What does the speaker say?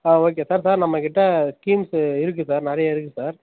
ஆ okay sir sir நம்ம கிட்டே schemes இருக்குது சார் நிறைய இருக்குது சார்